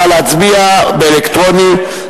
נא להצביע באלקטרוני.